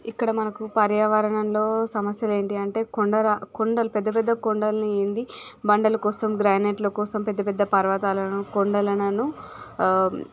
ఇక్కడ మనకు పర్యావరణంలో సమస్యలు ఏంటి అంటే కొండ ర కొండలు పెద్ద పెద్ద కొండలని ఏంది బండల కోసం గ్రానైట్ల కోసం పెద్దపెద్ద పర్వతాలను కొండలనను